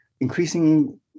increasing